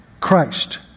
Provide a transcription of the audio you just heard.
Christ